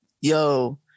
yo